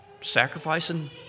sacrificing